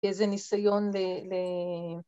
‫איזה ניסיון ל... ל…